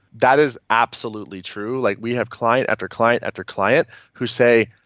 that is absolutely true. like we have client after client, after client who say,